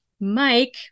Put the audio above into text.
Mike